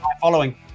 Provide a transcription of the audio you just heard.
following